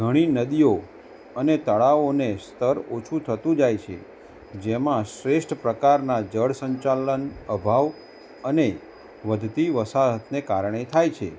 ઘણી નદીઓ અને તળાવોને સ્તર ઓછું થતું જાય છે જેમાં શ્રેષ્ઠ પ્રકારનાં જળ સંચાલન અભાવ અને વધતી વસાહતને કારણે થાય છે